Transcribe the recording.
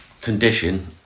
condition